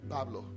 Pablo